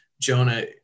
Jonah